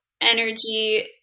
energy